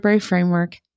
Framework